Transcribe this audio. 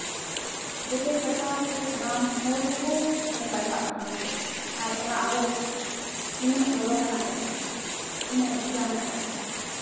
ᱡᱮᱜᱮᱫ ᱡᱟᱠᱟᱫ ᱨᱮ ᱥᱟᱱᱟᱢ ᱦᱚᱲ ᱠᱚᱠᱚ ᱚᱞ ᱯᱟᱲᱦᱟᱣ ᱟᱜ ᱱᱚᱣᱟᱛᱮ ᱟᱨ ᱟᱵᱚ ᱛᱤᱱᱟᱹᱜ ᱜᱚᱨᱚᱵᱽ ᱟᱱᱟᱜ ᱠᱟᱛᱷᱟ ᱛᱤᱱᱟᱹᱜ ᱨᱟᱹᱥᱠᱟᱹ ᱟᱱᱟᱜ ᱠᱟᱛᱷᱟ